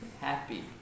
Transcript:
happy